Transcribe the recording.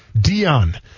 Dion